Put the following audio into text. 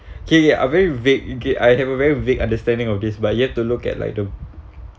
okay okay I very vague okay I have a very vague understanding of this but you have to look at like the